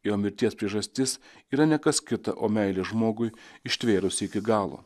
jo mirties priežastis yra ne kas kita o meilė žmogui ištvėrusi iki galo